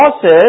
says